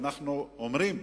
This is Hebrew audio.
אנחנו אומרים,